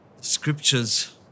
Scriptures